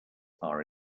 are